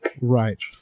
right